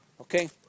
okay